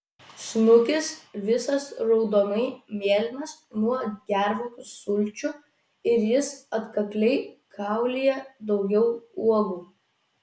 snukis visas raudonai mėlynas nuo gervuogių sulčių ir jis atkakliai kaulija daugiau uogų